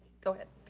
go ahead,